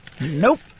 Nope